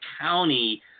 county